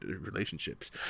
relationships